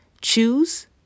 Choose